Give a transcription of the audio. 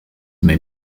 may